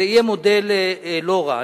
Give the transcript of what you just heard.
זה יהיה מודל לא רע.